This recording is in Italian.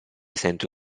sento